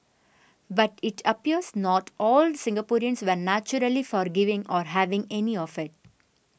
but it appears not all Singaporeans were naturally forgiving or having any of it